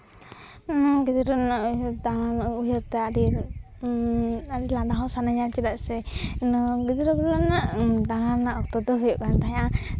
ᱤᱧᱟᱹᱜ ᱜᱤᱫᱽᱨᱟᱹ ᱨᱮᱱᱟᱜ ᱩᱭᱦᱟᱹᱨ ᱵᱟᱝ ᱩᱭᱦᱟᱹᱨ ᱛᱮ ᱟᱹᱰᱤ ᱞᱟᱸᱫᱟ ᱦᱚᱸ ᱥᱟᱱᱟᱧᱟ ᱪᱮᱫᱟᱜ ᱥᱮ ᱜᱤᱫᱽᱨᱟᱹᱼᱯᱤᱫᱽᱨᱟᱹ ᱨᱮᱱᱟᱜ ᱫᱟᱬᱟ ᱨᱮᱱᱟᱜ ᱚᱠᱛᱚ ᱫᱚ ᱦᱩᱭᱩᱜ ᱠᱟᱱ ᱛᱟᱦᱮᱸᱜᱼᱟ